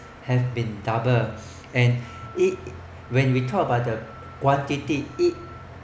have been doubled and it when we talk about the quantity it